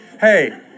Hey